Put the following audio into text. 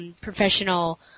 professional